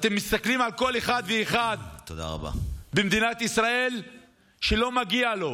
אתם מסתכלים על כל אחד ואחד במדינת ישראל שלא מגיע לו